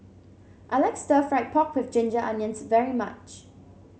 I like Stir Fried Pork with Ginger Onions very much